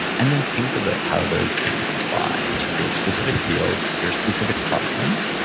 and then think about how those things apply to your specific field, your specific problems,